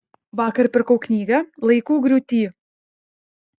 vakar pirkau knygą laikų griūty